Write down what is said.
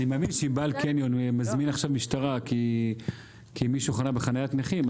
אם בעל קניון מזמין עכשיו משטרה כי מישהו חנה בחנית נכים,